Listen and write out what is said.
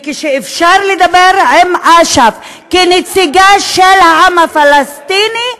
וכשאפשר לדבר עם אש"ף כנציגו של העם הפלסטיני,